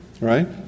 right